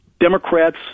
Democrats